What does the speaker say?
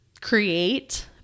create